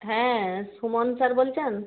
হ্যাঁ সুমন স্যার বলছেন